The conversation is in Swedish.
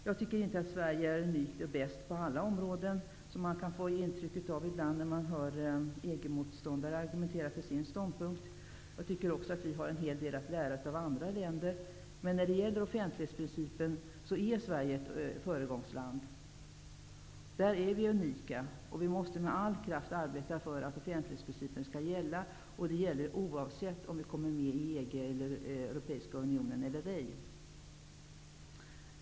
Jag tycker inte att Sverige är vare sig unikt eller bäst på alla områden -- ett intryck som man kan få ibland när man hör EG-motståndare argumentera för sin sak. Vi har en hel del att lära av andra länder. Men när det gäller offentlighetsprincipen är Sverige ett föregångsland. I det fallet är Sverige unikt. Vi måste med all kraft arbeta för att offentlighetsprincipen skall gälla, oavsett om vi kommer med i EG/EU eller ej.